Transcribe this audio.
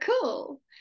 cool